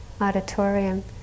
auditorium